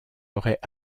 aurait